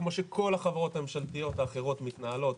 כמו שכל החברות הממשלתיות האחרות מתנהלות,